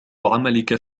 عملك